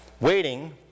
Waiting